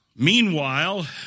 Meanwhile